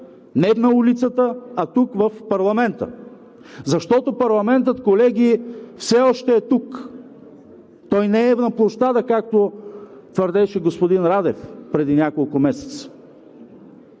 не на улицата, а тук в парламента. Защото парламентът, колеги, все още е тук, той не е на площада, както твърдеше господин Радев преди няколко месеца.